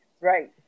right